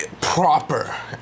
proper